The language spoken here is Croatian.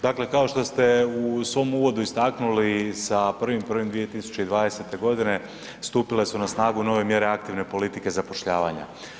Dakle, kao što ste u svom uvodu istaknuli, sa 1.1.2020. g. stupile su na snagu nove mjere aktivne politike zapošljavanja.